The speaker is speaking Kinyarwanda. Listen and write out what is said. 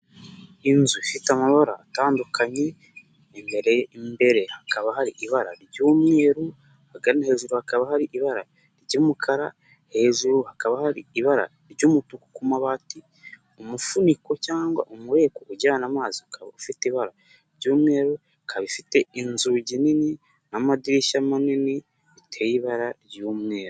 Inzu ifite amabara atandukanye imbere imbere hakaba hari ibara ry'umweru, ahagana hejuru hakaba hari ibara ry'umukara, hejuru hakaba hari ibara ry'umutuku ku mabati, umufuniko cyangwa umureko ujyana amazi ukaba ufite ibara ry'umweru, ukaba ufite inzugi nini n'amadirishya manini biteye ibara ry'umweru.